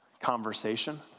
conversation